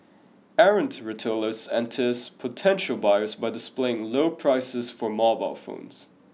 errant retailers entice potential buyers by displaying low prices for mobile phones